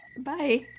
Bye